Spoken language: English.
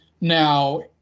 Now